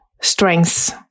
strengths